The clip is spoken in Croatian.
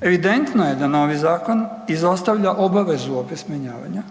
Evidentno je da novi zakon izostavlja obavezu opismenjavanja,